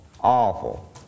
awful